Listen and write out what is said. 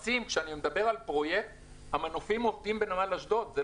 כשאני מדבר על הפרויקט הזה צריך להבין שהמנופים בנמל אשדוד כבר עובדים,